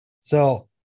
So-